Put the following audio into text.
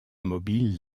mobiles